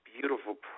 beautiful